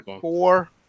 four